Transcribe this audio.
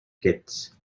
kits